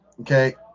Okay